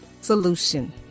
Solution